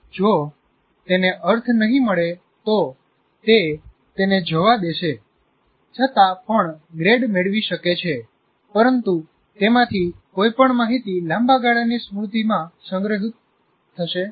જો તેને અર્થ નહિ મળે તો તે તેને જવા દેશે છતાં પણ ગ્રેડ મેળવી શકે છે પરંતુ તેમાંથી કોઈ પણ માહિતી લાંબા ગાળાની સ્મૃતિમાં સંગ્રહિત થશે નહીં